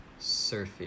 surfing